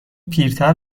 پیرتر